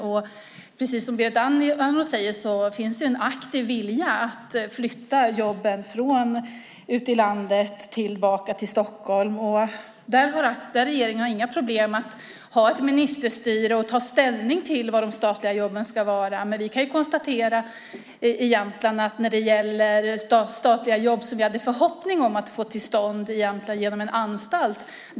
Precis som Berit Andnor säger finns det en aktiv vilja att flytta jobben från olika delar i landet tillbaka till Stockholm. Regeringen har inga problem att bedriva ministerstyre och ta ställning till var de statliga jobben ska vara. Jag kan konstatera att vi i Jämtland hade en förhoppning om att få till stånd statliga jobb genom en anstalt.